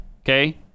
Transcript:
Okay